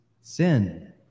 sin